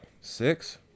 six